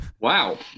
Wow